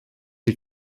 die